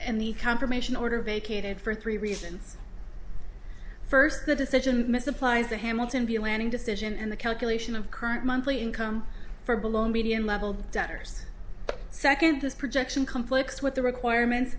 and the confirmation order vacated for three reasons first the decision misapplies the hamilton be a landing decision and the calculation of current monthly income for medium level debtors second this projection conflicts with the requirements